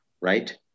Right